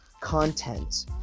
content